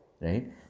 Right